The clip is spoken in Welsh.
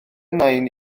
nain